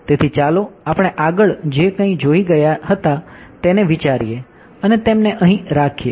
તેથી ચાલો આપણે આગળ જે કઈ જોઈ ગયા હતા તેને વિચારીએ અને તેમને અહી રાખીએ